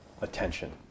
attention